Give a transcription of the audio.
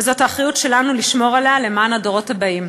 וזאת האחריות שלנו לשמור עליה למען הדורות הבאים.